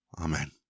Amen